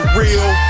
real